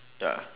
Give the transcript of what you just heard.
ya